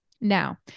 Now